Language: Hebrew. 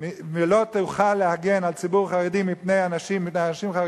ולא תוכל להגן על ציבור חרדי מפני בריונים,